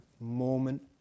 moment